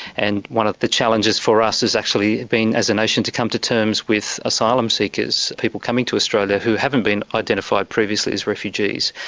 and one of the challenges for us has actually been as a nation to come to terms with asylum seekers, people coming to australia who haven't been identified previously as refugees.